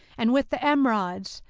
and with the emerods,